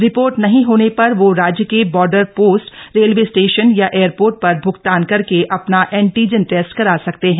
report नहीं होने पर वो राज्य के बॉर्डर पोस्ट रेलवे स्टेशन या एयरपोर्ट पर भुगतान करके अपना एंटीजन टेस्ट करा सकते हैं